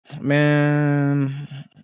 man